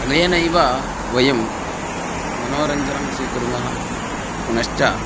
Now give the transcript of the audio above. अनेनैव वयं मनोरञ्जनं स्वीकुर्मः पुनश्च